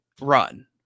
run